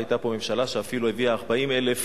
היתה פה ממשלה שאפילו הביאה 40,000,